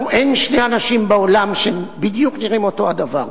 אין שני אנשים בעולם שנראים בדיוק אותו הדבר.